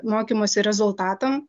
mokymosi rezultatam